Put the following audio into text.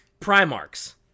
Primarchs